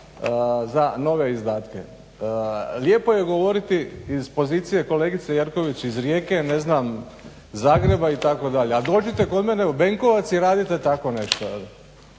za nove izdatke. Lijepo je govoriti iz pozicije kolegice Jerković iz Rijeke, Zagreba itd., a dođite kod mene u Benkovac i radite tako nešto.